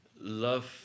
love